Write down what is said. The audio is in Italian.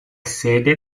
sede